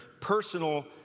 personal